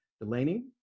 Delaney